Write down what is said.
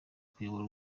kuyobora